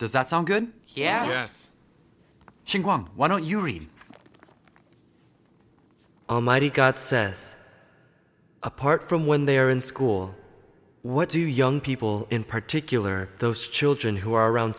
does that sound good yes why don't you read almighty god says apart from when they are in school what do young people in particular those children who are around